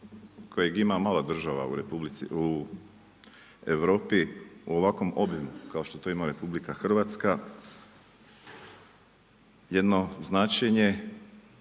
kojeg ima mala država u Europi u ovakvim obim kao što to ima RH jedno značenje,